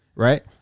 right